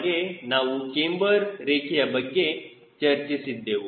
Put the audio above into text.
ಹಾಗೆ ನಾವು ಕ್ಯಾಮ್ಬರ್ ರೇಖೆಯ ಬಗ್ಗೆ ಚರ್ಚಿಸಿದ್ದೆವು